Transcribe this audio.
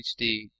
HD